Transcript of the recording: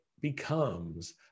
becomes